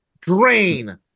drain